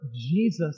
Jesus